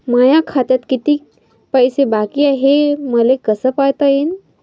माया खात्यात किती पैसे बाकी हाय, हे मले कस पायता येईन?